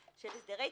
של הסדרי תשלומים.